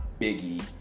Biggie